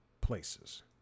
places